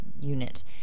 unit